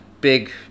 big